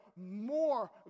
more